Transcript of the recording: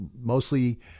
mostly